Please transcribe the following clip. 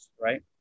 right